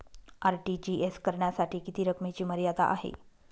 RTGS करण्यासाठी किती रकमेची मर्यादा आहे?